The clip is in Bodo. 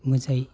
मोजां